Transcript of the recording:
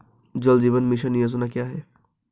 जल जीवन मिशन योजना क्या है?